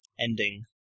ending